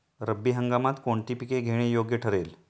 रब्बी हंगामात कोणती पिके घेणे योग्य ठरेल?